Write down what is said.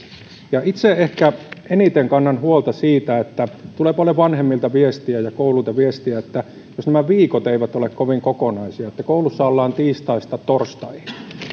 itse ehkä eniten kannan huolta siitä että tulee paljon viestiä vanhemmilta ja viestiä kouluilta että viikot eivät ole kovin kokonaisia että koulussa ollaan tiistaista torstaihin